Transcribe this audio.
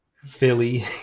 Philly